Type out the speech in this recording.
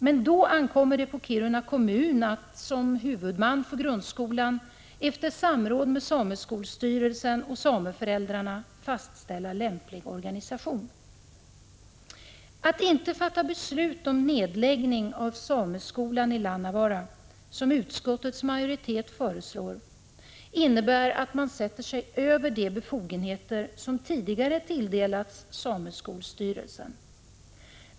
Men då ankommer det på Kiruna kommun att, som huvudman för grundskolan, efter samråd med sameskolstyrelsen och sameföräldrarna fastställa lämplig organisation. Att inte fatta beslut om nedläggning av sameskolan i Lannavaara, som utskottets majoritet föreslår, innebär att man sätter sig över de befogenheter som man tidigare tilldelat sameskolstyrelsen.